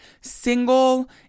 single